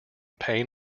pain